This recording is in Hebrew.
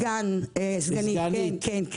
סגנית, נכון.